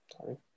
sorry